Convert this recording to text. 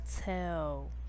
tell